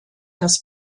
das